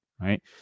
right